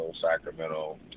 Sacramento